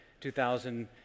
2,000